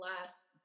last